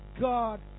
God